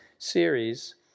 series